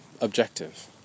objective